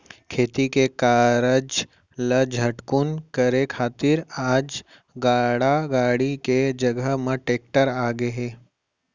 खेती के कारज ल झटकुन करे खातिर आज गाड़ा गाड़ी के जघा म टेक्टर आ गए हे